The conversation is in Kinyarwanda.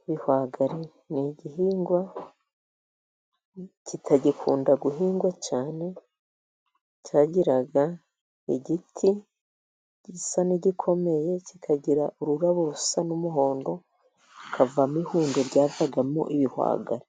Ibihwagari, n'igihingwa kitagikunda guhingwa cyane. Cyagiraga igiti gisa n'igikomeye , kikagira ururabo rusa n'umuhondo hakavamo ihundo ryavagamo ibihwagari.